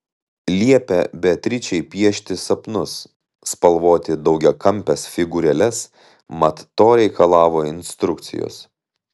liepė beatričei piešti sapnus spalvoti daugiakampes figūrėles mat to reikalavo instrukcijos